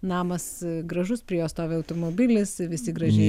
namas gražus prie jo stovi automobilis visi gražiai